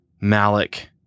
Malik